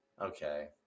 okay